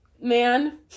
man